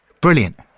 Brilliant